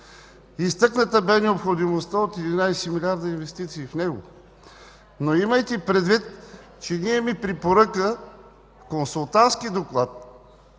Изтъкната бе необходимостта от 11 милиона инвестиции в него. Но имайте предвид, че ние имаме препоръка, консултантски доклад